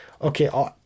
okay